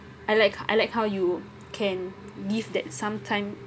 I like I like how you can give that sometime